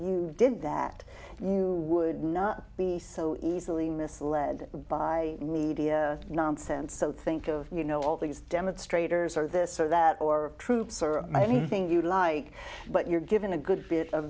you did that you would not be so easily misled by media nonsense so think of you know all these demonstrators or this or that or troops or anything you like but you're given a good bit of